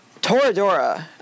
Toradora